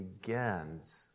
begins